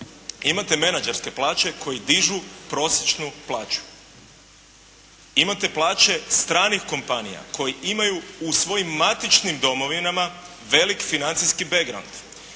imate menadžerske plaće koji dižu prosječne plaće. Imate plaće stranih kompanija koje imaju u svojim matičnim domovinama velik financijski «back ground».